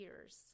years